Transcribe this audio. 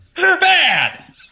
bad